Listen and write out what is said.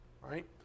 right